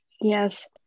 yes